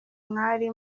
mwari